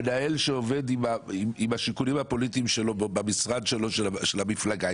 המנהל שעובד עם השיקולים הפוליטיים שלו במשרד שלו במפלגה,